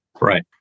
Right